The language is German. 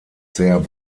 sehr